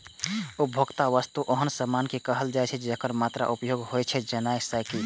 उपभोक्ता वस्तु ओहन सामान कें कहल जाइ छै, जेकर मात्र उपभोग होइ छै, जेना साइकिल